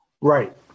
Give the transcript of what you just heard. Right